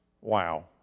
wow